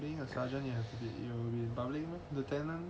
being a sergeant you public lor lieutenant